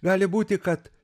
gali būti kad